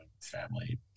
family